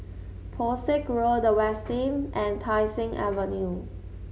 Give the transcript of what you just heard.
Pesek Road The Westin and Tai Seng Avenue